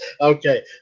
Okay